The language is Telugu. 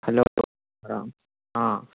హలో ఉన్నారా